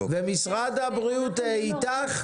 ומשרד הבריאות איתך?